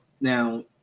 Now